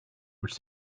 which